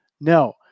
No